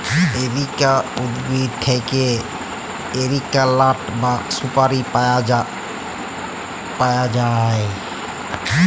areca উদ্ভিদ থেক্যে areca লাট বা সুপারি পায়া যায়